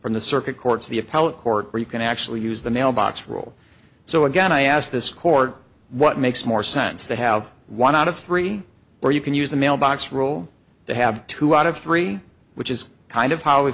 from the circuit court of the appellate court where you can actually use the mailbox rule so again i ask this court what makes more sense to have one out of three where you can use the mailbox rule to have two out of three which is kind of how